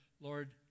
Lord